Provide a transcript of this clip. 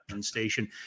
station